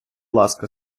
ласка